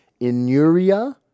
inuria